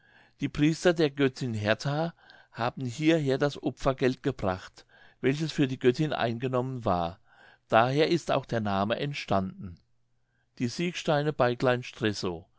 die priester der göttin hertha haben hierher das opfergeld gebracht welches für die göttin eingekommen war daher ist auch der name entstanden die siegsteine bei